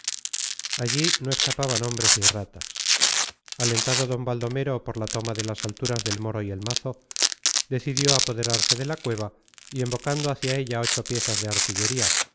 allí no escapaban hombres ni ratas alentado d baldomero por la toma de las alturas del moro y el mazo decidió apoderarse de la cueva y embocando hacia ella ocho piezas de artillería